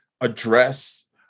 address